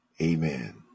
Amen